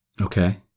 Okay